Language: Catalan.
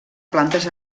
plantes